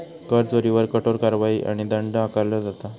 कर चोरीवर कठोर कारवाई आणि दंड आकारलो जाता